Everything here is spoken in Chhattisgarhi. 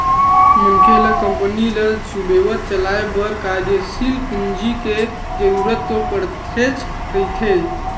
मनखे ल कंपनी ल सुबेवत चलाय बर कार्यसील पूंजी के जरुरत तो पड़तेच रहिथे